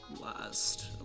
last